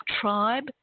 tribe